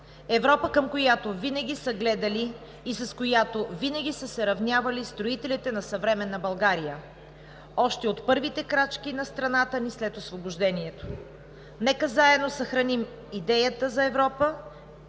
Европа, към която винаги са гледали и с която винаги са се равнявали строителите на съвременна България още от първите крачки на страната ни след Освобождението. Нека заедно съхраним идеята за Европа,